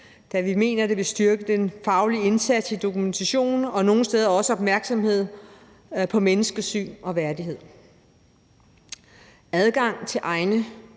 da vi mener, det vil styrke den faglige indsats og dokumentationen og nogle steder også en opmærksomhed på menneskesyn og værdighed. Adgang til egne